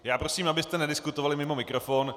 Já prosím, abyste nediskutovali mimo mikrofon.